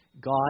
God